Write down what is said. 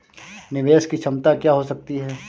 निवेश की क्षमता क्या हो सकती है?